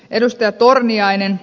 edustaja torniainen